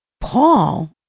Paul